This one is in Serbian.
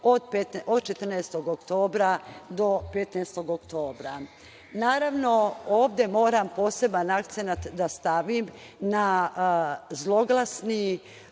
od 14. oktobra do 15. oktobra. Naravno, ovde moram poseban akcenat da stavim na zloglasni